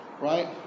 right